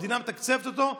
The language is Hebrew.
המדינה מתקצבת אותו,